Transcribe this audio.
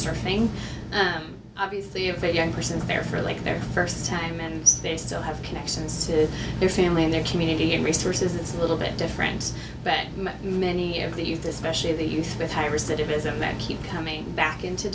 surfing obviously a very young person there for like their first time and they still have connections to their family and their community and resources it's a little bit different bet many of the youth especially the youth with high recidivism that keep coming back into